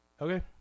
Okay